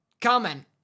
comment